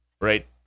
Right